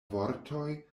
vortoj